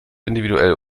individuell